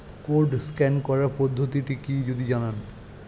Code scan করার পদ্ধতিটি কি যদি জানান?